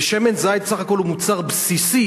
ושמן זית סך הכול הוא מוצר בסיסי,